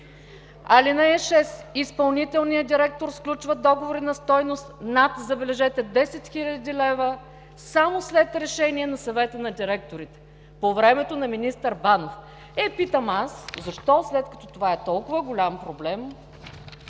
Алинея 6: „Изпълнителният директор сключва договори на стойност 10 хил. лв. само след решение на Съвета на директорите“ – по времето на министър Банов. Е, питам аз: защо след като това е толкова голям проблем,